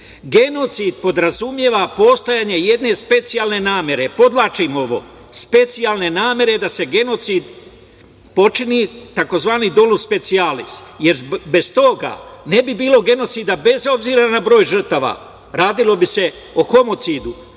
Genocid podrazumeva postojanje jedne specijalne namere, podvlačim ovo, specijalne namere da se genocid počini tzv. dolus specijalis, jer bez toga ne bi bilo genocida bez obzira na broj žrtava, radilo bi se o homocidu